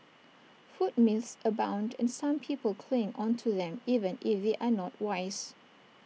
food myths abound and some people cling onto them even if they are not wise